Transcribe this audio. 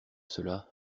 cela